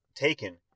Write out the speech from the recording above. taken